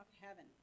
heaven